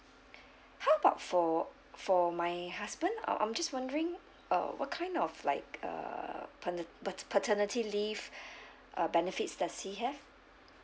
how about for for my husband I'm just wondering uh what kind of like uh paner~ pater~ paternity leave uh benefits does he have